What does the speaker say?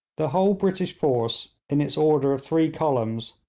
the whole british force, in its order of three columns,